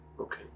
Okay